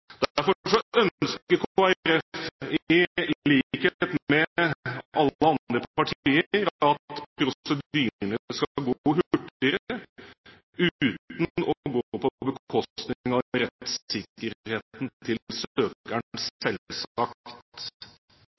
i likhet med alle andre partier, at prosedyrene skal gå hurtigere, uten å gå på bekostning av rettssikkerheten til søkeren, selvsagt.